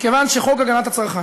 מכיוון שחוק הגנת הצרכן,